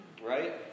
right